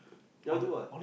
you all do what